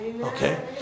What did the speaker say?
Okay